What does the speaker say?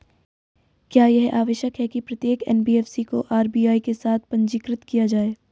क्या यह आवश्यक है कि प्रत्येक एन.बी.एफ.सी को आर.बी.आई के साथ पंजीकृत किया जाए?